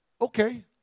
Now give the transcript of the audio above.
okay